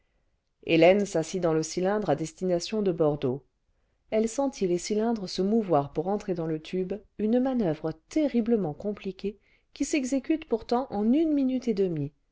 hélène s'assit dans le cylindre à destination de bordeaux elle sentit les cylindres se mouvoir pour entrer dans le tube une manoeuvre terriblement compliquée qui s'exécute pourtant en une minute et demie